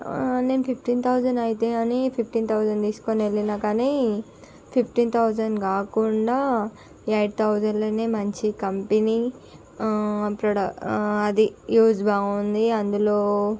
నేను fifteen thousand అవుతాయి అని ఫిఫ్టీన్ థౌసన్ తీసుకొని ఎళ్ళినా కానీ ఫిఫ్టీన్ థౌసన్ కాకుండా ఎయిట్ థౌసండ్లోనే మంచి కంపెనీ ప్రొ అది యూస్ బాగుంది అందులో